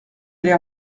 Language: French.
allée